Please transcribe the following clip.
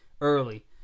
early